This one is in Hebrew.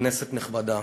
כנסת נכבדה,